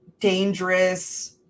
dangerous